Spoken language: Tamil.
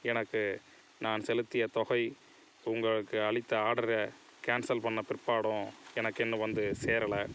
எனக்கு நான் செலுத்திய தொகை உங்களுக்கு அளித்த ஆடரை கேன்சல் பண்ண பிற்பாடும் எனக்கு இன்னும் வந்து சேரலை